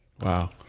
Wow